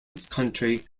country